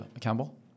Campbell